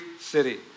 city